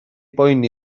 boeni